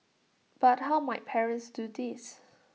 but how might parents do this